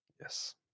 yes